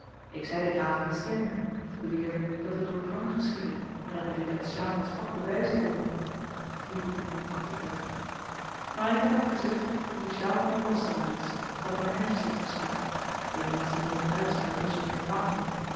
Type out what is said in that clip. ik zei dit later aan stern die beweerde dat het door dwang geschiedde en dat hy dit uit sjaalmans pak bewyzen kon maar ik heb hem gezegd dat die sjaalman een lasteraar is dat hy meisjes heeft geschaakt even als die jonge duitscher by busselinck waterman en